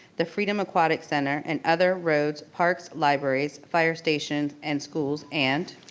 the freedom aquatic center, and other roads, parks, libraries, fire stations, and schools, and.